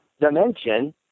dimension